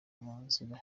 munzira